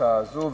ההצעה הזאת,